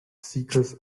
seekers